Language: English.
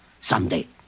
someday